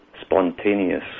spontaneous